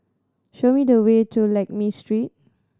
show me the way to Lakme Street